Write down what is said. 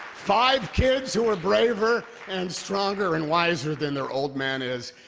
five kids who are braver and stronger and wiser than their old man is,